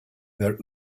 their